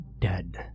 dead